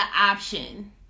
option